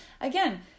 Again